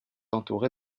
entouré